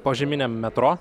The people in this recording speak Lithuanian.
požeminiam metro